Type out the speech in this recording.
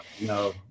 No